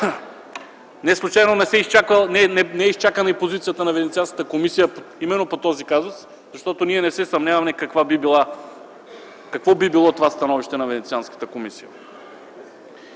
и неслучайно не е изчакана позицията на Венецианската комисия именно по този казус, защото ние не се съмняваме какво би било това становище на Венецианската комисия.